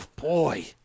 boy